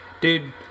Dude